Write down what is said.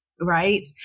right